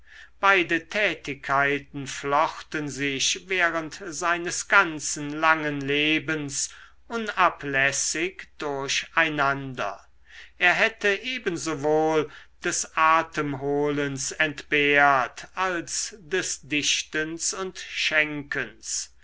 beide tätigkeiten flochten sich während seines ganzen langen lebens unablässig durch einander er hätte ebensowohl des atemholens entbehrt als des dichtens und schenkens